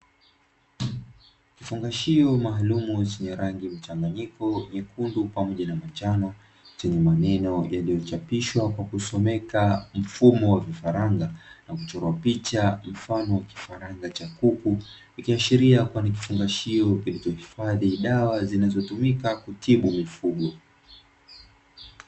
Kifungashio maalumu chenye rangi mchanganyiko nyekundu pamoja na manjano chenye maneno yaliyochapishwa kwa kusomeka "mfumo wa vifaranga" na kuchorwa picha mfano kifaranga cha kuku. Ikiashiria kuwa ni kifungashio kilichohifadhi dawa zinazotumika kutibu mifugo.